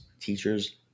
teachers